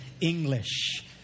English